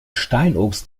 steinobst